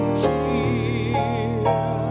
cheer